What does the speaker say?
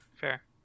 Fair